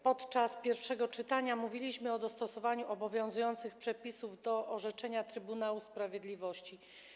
Podczas pierwszego czytania mówiliśmy o dostosowaniu obowiązujących przepisów do orzeczenia Trybunału Sprawiedliwości.